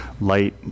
light